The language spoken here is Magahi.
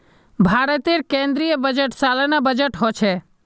भारतेर केन्द्रीय बजट सालाना बजट होछे